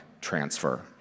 transfer